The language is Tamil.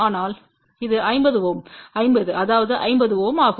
அதனால் இது 50 Ω 50 அதாவது 50 Ω ஆகும்